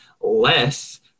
less